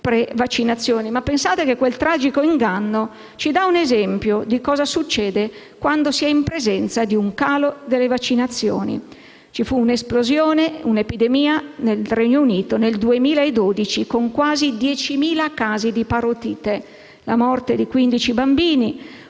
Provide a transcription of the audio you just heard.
prevaccinazione. Pensate però che quel tragico inganno ci offre un esempio di cosa succede quando si è in presenza di un calo delle vaccinazioni; ci fu l'esplosione di un'epidemia nel Regno Unito nel 2012, con quasi 10.000 casi di parotite, la morte di 15 bambini,